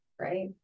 Right